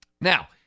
Now